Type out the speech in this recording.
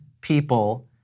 people